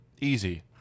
easy